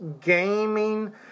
gaming